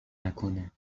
نکنه